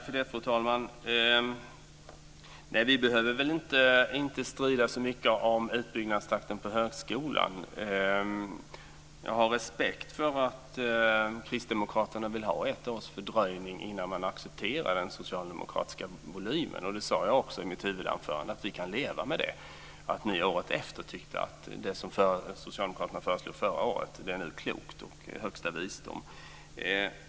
Fru talman! Vi behöver inte strida så mycket om utbyggnadstakten för högskolan. Jag har respekt för att kristdemokraterna vill ha ett års fördröjning innan man accepterar den socialdemokratiska volymen. Jag sade också i mitt huvudanförande att vi kan leva med att ni året efter tycker att det socialdemokraterna föreslog förra året nu är klokt och högsta visdom.